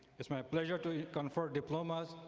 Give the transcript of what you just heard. is my pleasure to confer diplomas,